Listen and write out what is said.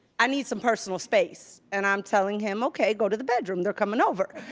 i need some personal space. and i'm telling him, okay, go to the bedroom, they're coming over.